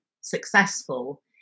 successful